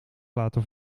laten